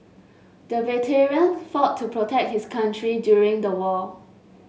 the veteran fought to protect his country during the war